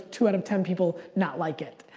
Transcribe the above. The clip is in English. two out of ten people not like it.